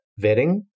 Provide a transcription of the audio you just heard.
vetting